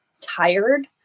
tired